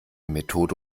methode